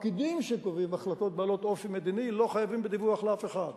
הפקידים שקובעים החלטות בעלות אופי מדיני לא חייבים בדיווח לאף אחד.